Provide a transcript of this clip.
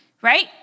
right